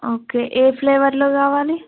okay ఏ ఫ్లేవర్లో కావాలి